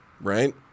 right